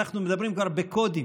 אנחנו מדברים כבר בקודים.